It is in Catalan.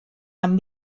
amb